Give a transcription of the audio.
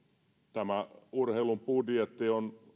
tämä urheilun budjetti on